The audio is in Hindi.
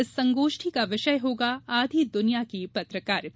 इस संगोष्ठी का विषय होगा आधी दुनिया की पत्रकारिता